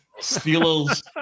Steelers